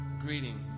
greeting